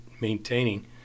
maintaining